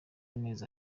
amezi